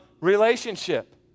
relationship